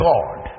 God